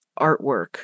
artwork